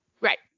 Right